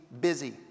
busy